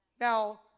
Now